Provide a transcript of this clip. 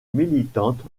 militante